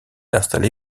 installé